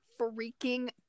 freaking